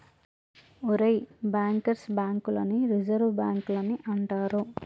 ఒరేయ్ bankers bank లని reserve బాంకులని అంటారు